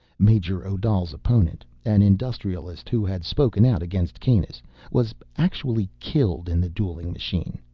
major odal's opponent an industrialist who had spoken out against kanus was actually killed in the dueling machine.